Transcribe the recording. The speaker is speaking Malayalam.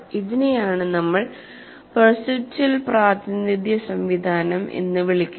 ഇതിനെയാണ് നമ്മൾ പെർസെപ്ച്വൽ പ്രാതിനിധ്യ സംവിധാനം എന്ന് വിളിക്കുന്നത്